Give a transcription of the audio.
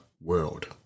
world